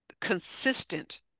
consistent